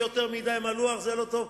ויותר מדי מלוח זה לא טוב,